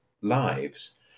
lives